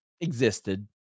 existed